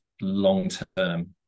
long-term